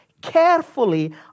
carefully